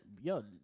yo